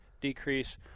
decrease